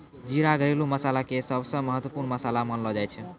जीरा घरेलू मसाला के सबसॅ महत्वपूर्ण मसाला मानलो जाय छै